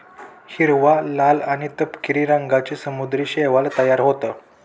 हिरवा, लाल आणि तपकिरी रंगांचे समुद्री शैवाल तयार होतं